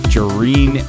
Jareen